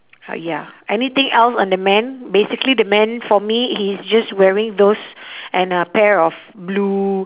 ah ya anything else on the man basically the man for me he's just wearing those and a pair of blue